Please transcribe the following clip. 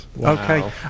Okay